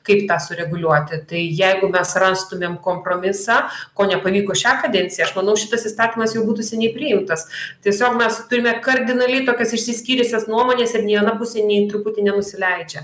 kaip tą sureguliuoti tai jeigu mes rastumėm kompromisą ko nepavyko šią kadenciją aš manau šitas įstatymas jau būtų seniai priimtas tiesiog mes turime kardinaliai tokias išsiskyrusias nuomones ir nei viena pusė nei truputį nenusileidžia